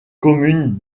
commune